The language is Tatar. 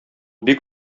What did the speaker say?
бик